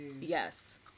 Yes